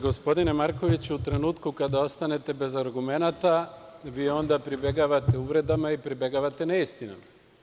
Gospodine Markoviću, u trenutku kada ostanete bez argumenata, vi onda pribegavate uvredama i pribegavate neistinama.